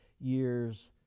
years